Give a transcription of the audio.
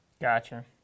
Gotcha